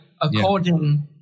according